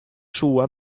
soe